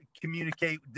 communicate